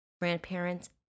grandparents